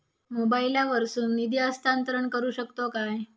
मोबाईला वर्सून निधी हस्तांतरण करू शकतो काय?